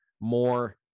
more